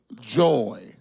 joy